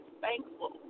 thankful